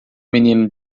menino